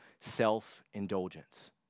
self-indulgence